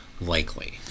likely